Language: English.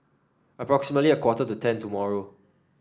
approximately a quarter to ten tomorrow